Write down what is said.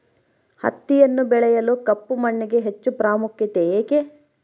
ಹತ್ತಿಯನ್ನು ಬೆಳೆಯಲು ಕಪ್ಪು ಮಣ್ಣಿಗೆ ಹೆಚ್ಚು ಪ್ರಾಮುಖ್ಯತೆ ಏಕೆ?